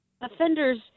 offenders